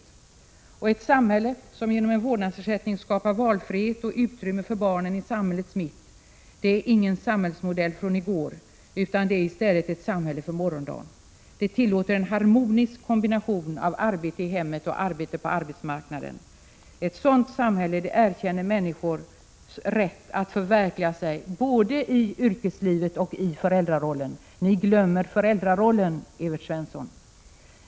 3 juni 1987 Ett samhälle som genom en vårdnadsersättning skapar valfrihet och utrymme för barnen i samhällets mitt, det är ingen samhällsmodell från i går utan det är i stället ett samhälle för morgondagen. Det tillåter en harmonisk kombination av arbete i hemmet och arbete på arbetsmarknaden. Ett sådant samhälle erkänner människors rätt att förverkliga sig både i yrkeslivet och i föräldrarollen. Ni glömmer föräldrarollen, Evert Svensson!